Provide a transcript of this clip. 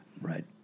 Right